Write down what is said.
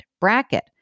bracket